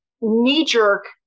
knee-jerk